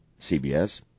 CBS